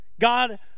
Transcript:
God